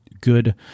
good